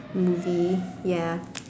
movie ya